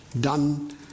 done